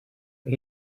but